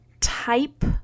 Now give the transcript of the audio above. type